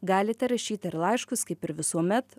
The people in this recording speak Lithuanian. galite rašyt ir laiškus kaip ir visuomet